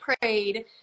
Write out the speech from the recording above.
prayed